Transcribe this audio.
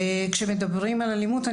כשמדברים על אלימות,